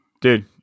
Dude